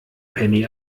penny